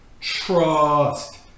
trust